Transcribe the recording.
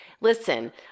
listen